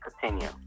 continue